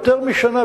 יותר משנה,